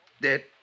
dead